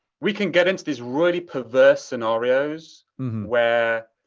we can get into these really perverse scenarios where,